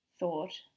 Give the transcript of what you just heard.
thought